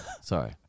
Sorry